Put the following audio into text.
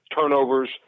turnovers